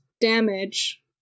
damage